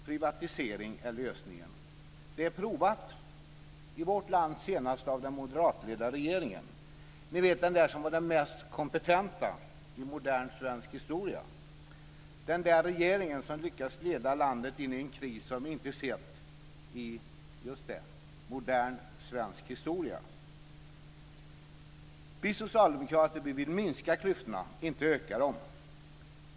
Privatisering är lösningen. Det är provat, i vårt land senast av den moderatledda regeringen - ni vet den där som var den mest kompetenta i modern svensk historia. Det var den där regeringen som lyckades leda landet in i en kris som vi inte sett i "modern svensk historia". Vi socialdemokrater vill minska klyftorna, inte öka dem.